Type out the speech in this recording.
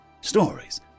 Stories